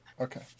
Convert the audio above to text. Okay